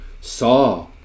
saw